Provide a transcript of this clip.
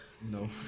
No